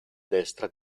destra